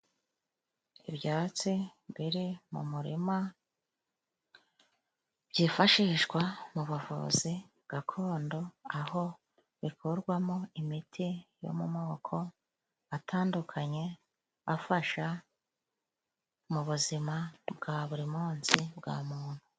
Ibyatsi biri mu murima byifashishwa mu buvuzi gakondo ,aho bikurwamo imiti yo mu moko atandukanye afasha mu buzima bwa buri munsi bwa muntu.